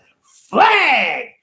Flag